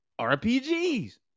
RPGs